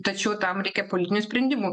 tačiau tam reikia politinių sprendimų